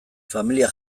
familia